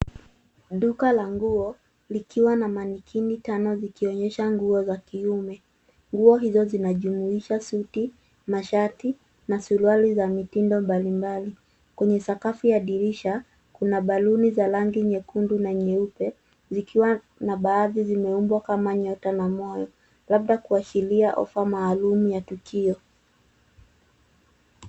Duka la nguo likiwa na manikini tano zikionyesha nguo za kiume. Nguo hizo zinajumuisha suti, mashati na suruali za mitindo mbalimbali. Kwenye sakafu ya dirisha kuna baluni za rangi nyekundu na nyeupe; zikiwa na baadhi zimeundwa kama nyota na moyo labda kuashiria ofa maalum ya tukio.